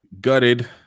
gutted